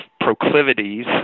proclivities